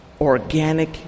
organic